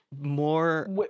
More